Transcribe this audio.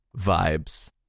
vibes